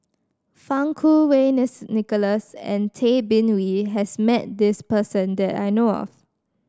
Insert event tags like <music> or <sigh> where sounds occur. Fang Kuo Wei <unintelligible> Nicholas and Tay Bin Wee has met this person that I know of